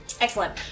Excellent